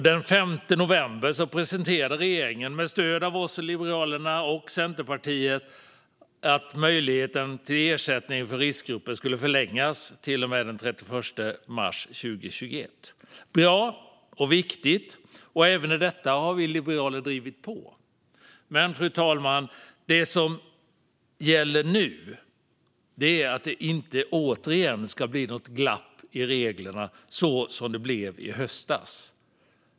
Den 5 november presenterade regeringen med stöd av oss i Liberalerna och Centerpartiet att möjligheten till ersättning för riskgrupper skulle förlängas till och den 31 mars 2021. Det är bra och viktigt. Även i detta fall har vi i Liberalerna drivit på. Fru talman! Det som gäller nu är att det inte återigen ska bli något glapp i reglerna så som det blev i höstas.